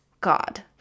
God